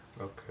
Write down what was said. Okay